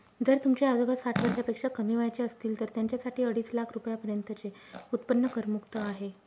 जर तुमचे आजोबा साठ वर्षापेक्षा कमी वयाचे असतील तर त्यांच्यासाठी अडीच लाख रुपयांपर्यंतचे उत्पन्न करमुक्त आहे